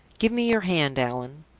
give me your hand, allan.